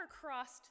crossed